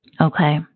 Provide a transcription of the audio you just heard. Okay